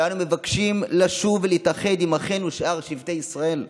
אנו מבקשים לשוב ולהתאחד עם אחינו שאר שבטי ישראל.